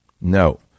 No